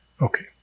Okay